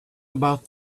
about